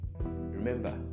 Remember